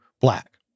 black